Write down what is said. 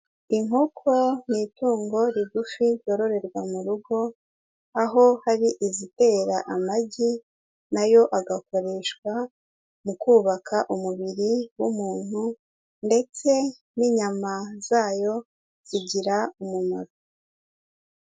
Inkoko ni itungo rigufi ryororerwa mu rugo, aho hari izitera amagi, nayo agakoreshwa mu kubaka umubiri w'umuntu ndetse n'inyama zayo zigira umumaro.